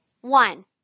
One